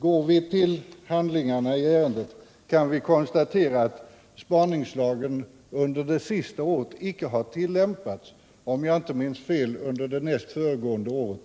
Går vi till handlingarna i ärendet, kan vi konstatera att spaningslagen under det senaste året icke har tillämpats och, om jag inte minns fel, under det föregående året